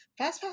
FastPass